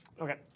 Okay